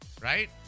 right